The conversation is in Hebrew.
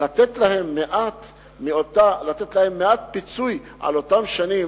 לתת להם מעט פיצוי על אותן שנים,